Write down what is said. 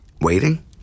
Waiting